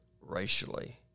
racially